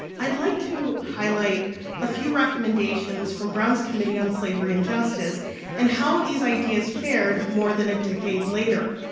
i'd like to highlight a few recommendations from brown's committee on slavery and justice and how these ideas fared more than a decade later.